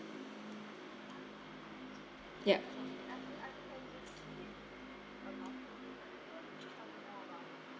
yup